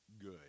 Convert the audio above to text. good